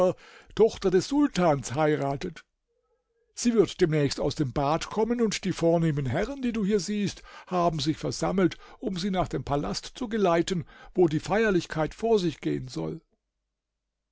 tochter des sultans heiratet sie wird demnächst aus dem bad kommen und die vornehmen herren die du hier siehst haben sich versammelt um sie nach dem palast zu geleiten wo die feierlichkeit vor sich gehen soll